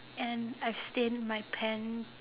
and I stain my pants